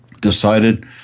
decided